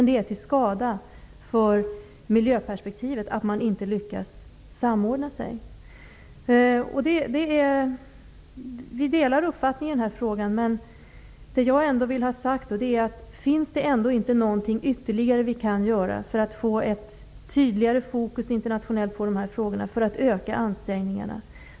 Det är till skada för miljöperspektivet att man inte lyckas med samordningen. Miljöministern och jag delar uppfattning här, men jag vill ändå fråga: Finns det inte något ytterligare vi kan göra för att tydligare fokusera de här frågorna internationellt och för att öka ansträngningarna?